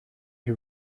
who